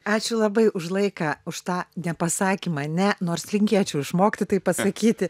ačiū labai už laiką už tą nepasakymą ne nors linkėčiau išmokti tai pasakyti